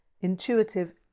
Intuitive